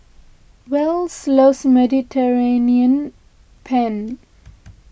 Wells loves Mediterranean Penne